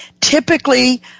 Typically